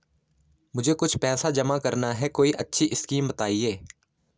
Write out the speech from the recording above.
मुझे कुछ पैसा जमा करना है कोई अच्छी स्कीम बताइये?